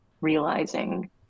realizing